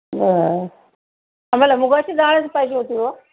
बर आम्हाला मुगाची डाळच पाहिजे होती ओ